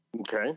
Okay